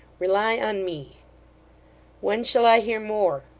rely on me when shall i hear more